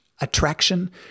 attraction